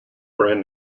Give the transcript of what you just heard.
brand